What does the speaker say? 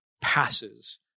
passes